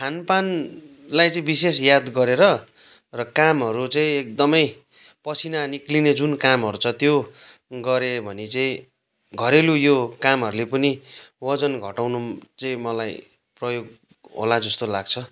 खान पानलाई चाहिँ विशेष याद गरेर र कामहरू चाहिँ एकदमै पसिना निक्लिने जुन कामहरू छ त्यो गरेँ भने चाहिँ घरेलु यो कामहरूले पनि वजन घटाउनु चाहिँ मलाई प्रयोग होला जस्तो लाग्छ